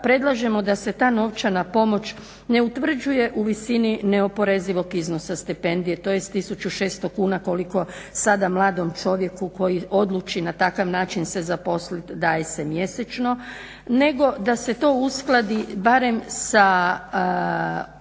predlažemo da se ta novčana pomoć ne utvrđuje u visini neoporezivog iznosa stipendije, tj. 1600 kuna koliko sada mladom čovjeku koji odluči na takav način se zaposliti daje se mjesečno, nego da se to uskladi barem sa